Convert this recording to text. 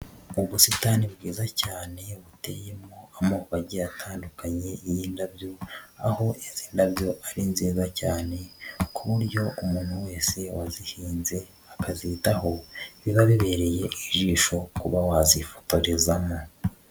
Ubusitani bwiza cyane buteyemo amoko agiye atandukanye y'indabyo, aho izi ndabyo ari nziza cyane, ku buryo umuntu wese wazihinze akazitaho, biba bibereye ijisho kuba wazifotorezamo.